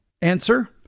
Answer